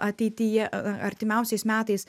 ateityje a artimiausiais metais